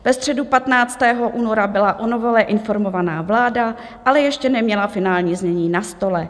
Ve středu 15. února byla o novele informována vláda, ale ještě neměla finální znění na stole.